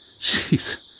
Jeez